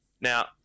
Now